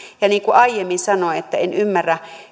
niin kuin aiemmin sanoin en ymmärrä